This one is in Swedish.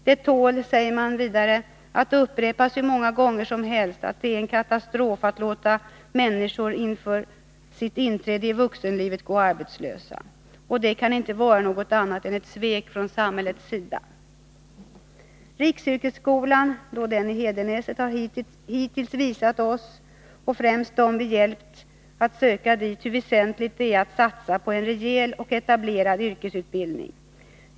Det tål att upprepas hur många gånger som helst att det är katastrofalt att låta människor inför sitt inträde i vuxenlivet gå arbetslösa. Det kan inte vara något annat än ett svek från samhällets sida. Riksyrkesskolan har hittills visat oss och främst dem vi hjälpt att söka dit, hur väsentligt det är att satsa på en rejäl och etablerad yrkesutbildning.